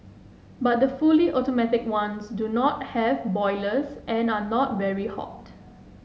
but the fully automatic ones do not have boilers and are not very hot